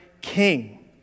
king